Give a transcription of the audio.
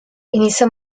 inizia